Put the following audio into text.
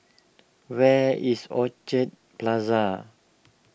where is Orchid Plaza